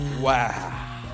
Wow